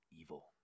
evil